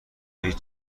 هیچ